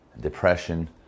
depression